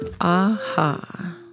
Aha